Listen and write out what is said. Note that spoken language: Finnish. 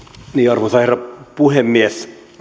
arvoisa herra puhemies